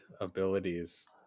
abilities